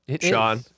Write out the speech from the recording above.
Sean